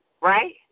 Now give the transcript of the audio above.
right